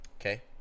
Okay